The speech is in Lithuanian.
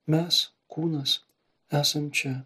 mes kūnas esam čia